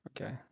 Okay